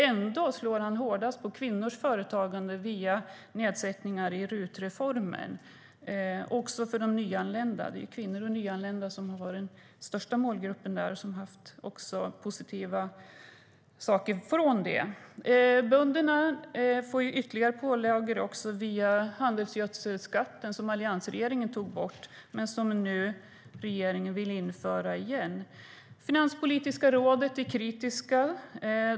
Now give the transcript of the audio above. Ändå slår han hårdast på kvinnors företagande via nedsättningar i RUT-reformen också för de nyanlända. Det är ju kvinnor och nyanlända som har varit den största målgruppen och som har fått positiva saker från RUT. Bönderna får ytterligare pålagor via handelsgödselskatten, som alliansregeringen tog bort men som regeringen nu vill införa igen. Finanspolitiska rådet är kritiska.